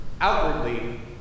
Outwardly